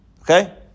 Okay